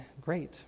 great